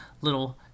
little